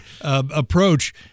approach